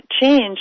change